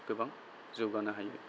गोबां जौगानो हायो